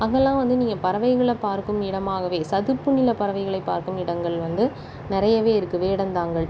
அங்கல்லாம் வந்து நீங்கள் பறவைகளை பார்க்கும் இடமாகவே சதுப்பு நிலப்பறவைகளை பார்க்கும் இடங்கள் வந்து நிறையவே இருக்குது வேடந்தாங்கல்